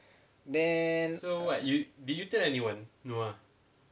then